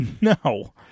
No